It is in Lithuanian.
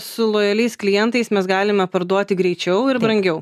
su lojaliais klientais mes galime parduoti greičiau ir brangiau